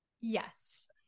Yes